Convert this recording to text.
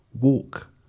walk